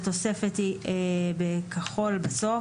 התוספת היא בכחול בסוף.